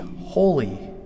holy